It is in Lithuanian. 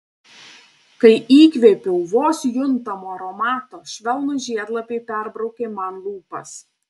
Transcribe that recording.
kai įkvėpiau vos juntamo aromato švelnūs žiedlapiai perbraukė man lūpas